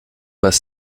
pas